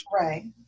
Right